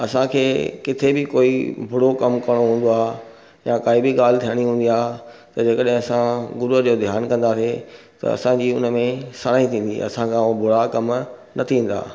असांखे किथे बि कोई बुरो कमु करणु हूंदो आहे या काई बि ॻाल्हि थियणी हूंदी आहे त जेकॾहिं असां गुरूअ जो ध्यानु कंदासीं त असांजी उनमें साराणी थींदी असांखां उहो बुरा कम न थींदा